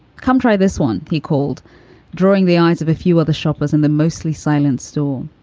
come try this one. he called drawing the eyes of a few other shoppers in the mostly silent store.